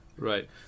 Right